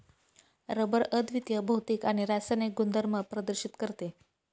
rubber अद्वितीय भौतिक आणि रासायनिक गुणधर्म प्रदर्शित करते